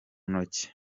ntoki